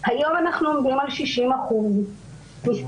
כאן אנחנו עומדים על 60%. שתיים,